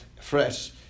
fresh